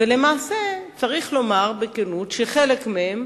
ולמעשה צריך לומר בכנות שחלק מהם